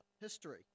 history